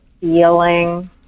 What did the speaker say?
feeling